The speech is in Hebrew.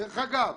דרך אגב,